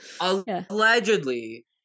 allegedly